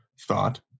thought